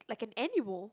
like an animal